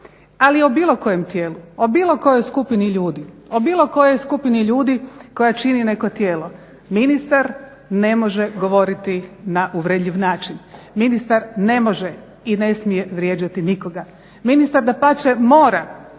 i o bilo kojem tijelu, o bilo kojoj skupini ljudi, o bilo kojoj skupini ljudi koja čini neko tijelo. Ministar ne može govoriti na uvredljiv način, ministar ne može i ne smije vrijeđati nikoga. Ministar dapače mora